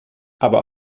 aber